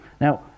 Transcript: Now